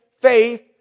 faith